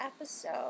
episode